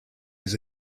his